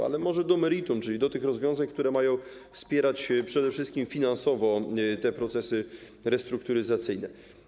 Ale może przejdę do meritum, czyli do tych rozwiązań, które mają wspierać przede wszystkim finansowo te procesy restrukturyzacyjne.